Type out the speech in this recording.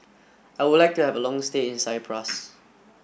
I would like to have a long stay in Cyprus